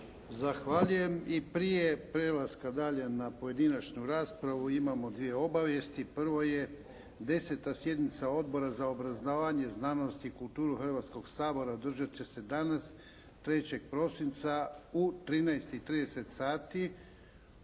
Zahvaljujem. I prije prelaska dalje na pojedinačnu raspravu, imamo dvije obavijesti. Prvo je deseta sjednica Odbora za obrazovanje, znanost i kulturu Hrvatskog sabora održati će se danas 3. prosinca u 13,30 sati